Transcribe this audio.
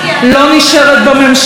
היא יורדת למטה לרחוב,